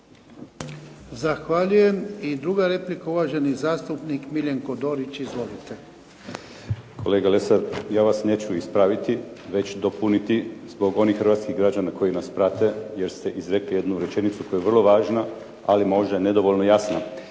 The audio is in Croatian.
Zahvaljujem. I druga replika, uvaženi zastupnik Miljenko Dorić. Izvolite. **Dorić, Miljenko (HNS)** Kolega Lesar ja vas neću ispraviti već dopuniti zbog onih hrvatskih građana koji nas prate jer ste izrekli jednu rečenicu koja je vrlo važna, ali možda je nedovoljno jasna.